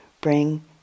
bring